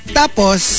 tapos